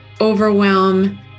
overwhelm